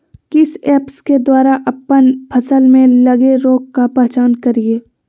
किस ऐप्स के द्वारा अप्पन फसल में लगे रोग का पहचान करिय?